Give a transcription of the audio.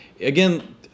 again